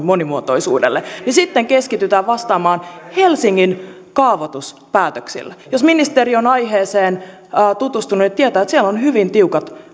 monimuotoisuudelle niin sitten keskitytään vastaamaan helsingin kaavoituspäätöksillä jos ministeri on aiheeseen tutustunut niin tietää että siellä on hyvin tiukat